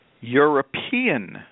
European